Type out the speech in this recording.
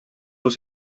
los